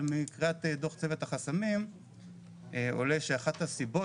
אבל מקריאת דוח צוות החסמים עולה שאחת הסיבות